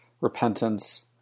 repentance